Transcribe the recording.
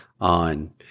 on –